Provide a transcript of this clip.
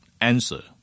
answer